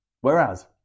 Whereas